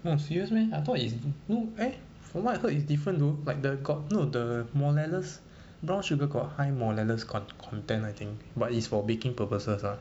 oh serious meh I thought is no eh from what I heard its different though like the got no the brown sugar got high con~ con~ content I think but its for baking purposes ah